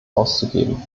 auszugeben